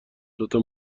دوتا